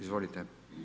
Izvolite.